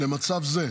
למצב זה,